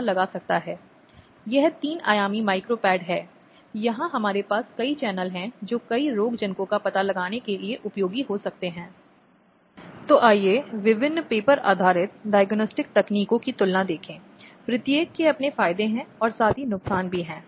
ऐसा नहीं है यहाँ लिंग भेद के संबंध में उल्लेख नहीं किया गया है जैसा कि पीड़ित के पुरुष या महिला होने के संबंध में संभव है